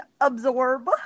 absorb